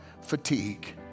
fatigue